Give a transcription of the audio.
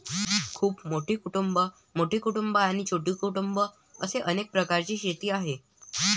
खूप मोठी कुटुंबं, मोठी कुटुंबं आणि छोटी कुटुंबं असे अनेक प्रकारची शेती आहे